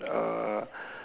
uh